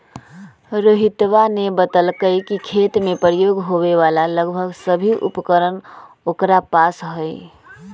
रोहितवा ने बतल कई कि खेत में प्रयोग होवे वाला लगभग सभी उपकरण ओकरा पास हई